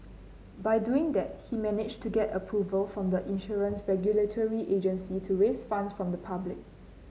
by doing that he managed to get approval from the insurance regulatory agency to raise funds from the public